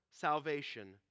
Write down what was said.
Salvation